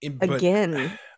again